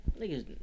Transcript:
Niggas